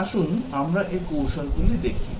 আসুন আমরা এই কৌশল গুলি দেখি